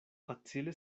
facile